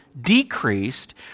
decreased